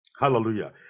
hallelujah